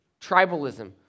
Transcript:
tribalism